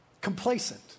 complacent